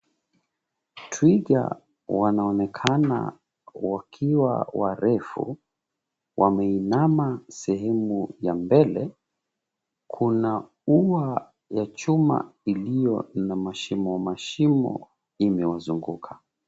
Twiga wanaonekana wakiwa warefu, wameinama sehemu ya mbele. Kuna ua ya chuma iliyo na mashimo mashimo imewazunguka.